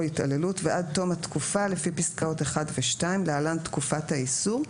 התעללות ועד תום התקופה לפי פסקאות (1) ו-(2) (להלן -תקופת האיסור),